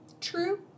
true